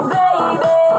baby